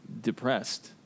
depressed